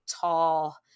tall